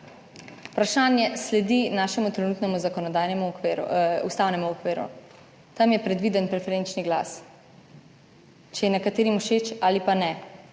Vprašanje sledi našemu trenutnemu ustavnemu okviru. Tam je predviden preferenčni glas, če je nekaterim všeč ali pa ne.